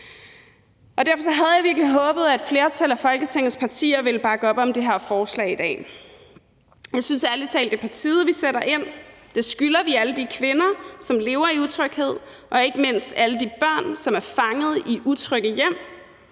Og derfor havde jeg virkelig håbet, at et flertal af Folketingets partier ville bakke op om det her forslag i dag. Jeg synes ærlig talt, det er på tide, at vi sætter ind. Det skylder vi alle de kvinder, som lever i utryghed, og ikke mindst alle de børn, som er fanget i utrygge hjem.